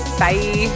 bye